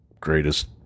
greatest